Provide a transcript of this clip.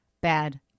bad